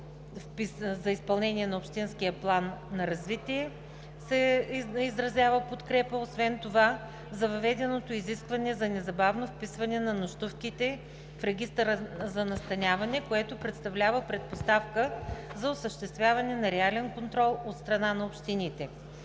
за изпълнение на общинския план за развитие; въведеното изискване за незабавно вписване на нощувките в регистъра за настаняване, което представлява предпоставка за осъществяване на реален контрол от страна на общините;